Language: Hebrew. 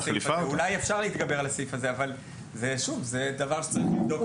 אולי אפשר להתגבר על הסעיף הזה אבל זה דבר שצריך לבדוק.